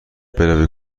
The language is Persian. بروی